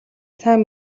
сайн